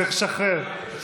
צריך לשחרר.